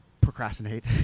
procrastinate